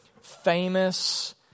famous